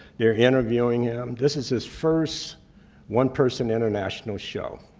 they're interviewing him. this is his first one-person international show,